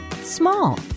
small